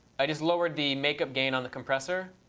i just lowered the makeup gain on the compressor.